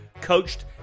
coached